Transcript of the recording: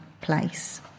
place